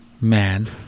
man